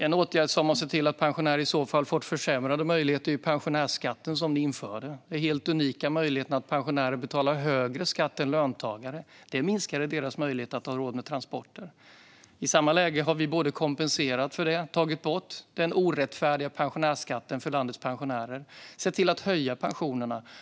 En åtgärd som har sett till att pensionärer har fått försämrade möjligheter är ju den pensionärsskatt som ni införde, Lars Beckman. Det helt unika i att pensionärer betalar högre skatt än löntagare minskade pensionärernas möjligheter att ha råd med transporter. Vi har i samma läge kompenserat för det genom att ta bort den orättfärdiga pensionärsskatten för landets pensionärer och sett till att höja pensionerna.